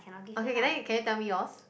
okay then can you tell me yours